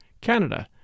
Canada